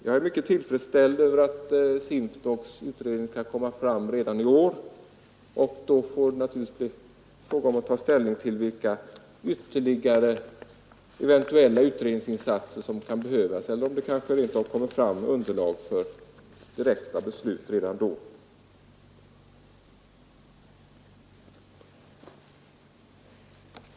Jag är mycket tillfredsställd med att SINFDOK:s utredning kan komma fram redan i år. Vi får då naturligtvis ta ställning till vilka ytterligare utredningsinsatser som eventuellt kan behövas, eller om det kanske rent av kommit fram underlag för direkta beslut redan då.